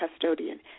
custodian